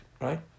Right